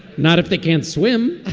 not if they can't swim